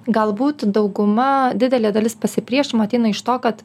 galbūt dauguma didelė dalis pasipriešinimo ateina iš to kad